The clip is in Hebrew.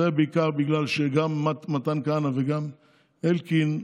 זה בעיקר בגלל שגם מתן כהנא וגם אלקין,